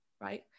right